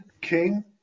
king